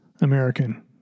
American